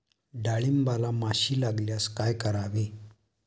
डाळींबाला माशी लागल्यास काय करावे?